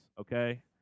okay